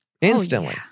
instantly